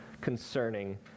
concerning